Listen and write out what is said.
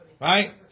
Right